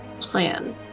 plan